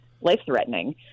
life-threatening